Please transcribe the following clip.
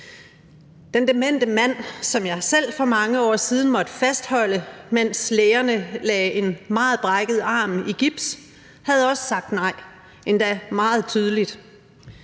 Den demente mand, som jeg selv for mange år siden måtte fastholde, mens lægerne lagde en meget brækket arm i gips, havde også sagt nej, endda meget tydeligt.